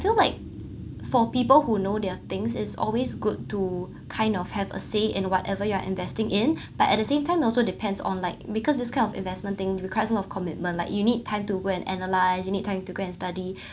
feel like for people who know their things is always good to kind of have a say in whatever you're investing in but at the same time also depends on like because this kind of investment thing request a lot of commitment like you need time to go and analyse you need time to go and study